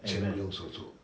全部用手做